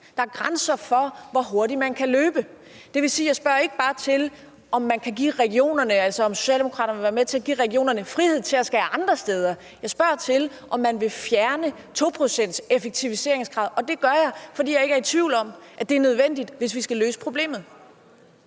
Der er grænser for, hvor hurtigt man kan løbe. Det vil sige, at jeg ikke bare spørger, om Socialdemokratiet vil være med til at give regionerne frihed til at skære ned andre steder. Jeg spørger, om man vil fjerne 2-procentseffektiviseringskravet, og det gør jeg, fordi jeg ikke er i tvivl om, at det er nødvendigt, hvis vi skal løse problemet.